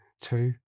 two